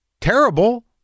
Terrible